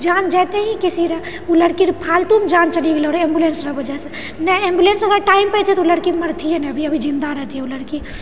जान जइतै ही किसिरऽ ओ लड़कीरऽ फालतूमे जान चलि गेलौ रऽ एम्बुलेन्सके वजहसँ नहि एम्बुलेन्स अगर टाइम पर जाइ तऽ लड़की मरतियै नहि अभी अभी जिन्दा रहतियै ओ लड़की